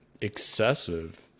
excessive